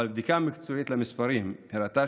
אבל בדיקה מקצועית של המספרים הראתה